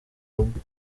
rugo